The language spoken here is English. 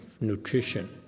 nutrition